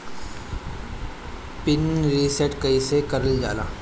Pin reset कईसे करल जाला?